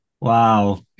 wow